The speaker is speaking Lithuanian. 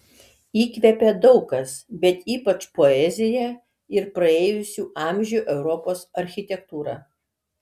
įkvepia daug kas bet ypač poezija ir praėjusių amžių europos architektūra